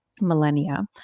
millennia